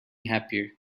happier